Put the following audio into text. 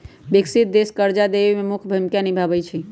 विकसित देश कर्जा देवे में मुख्य भूमिका निभाई छई